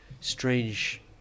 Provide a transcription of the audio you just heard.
strange